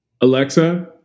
alexa